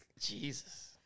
Jesus